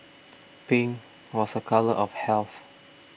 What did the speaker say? pink was a colour of health